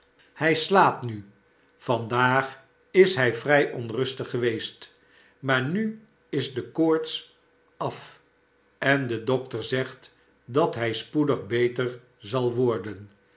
hij slaapt nu vandaag is hij vrij onrustig geweest maar nu is de koorts af en de dokter zegt dat hij spoedig beter zal worden